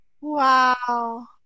Wow